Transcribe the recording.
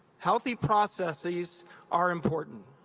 healthy processes are important,